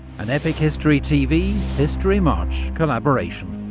an epic history tv historymarche collaboration,